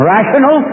Rational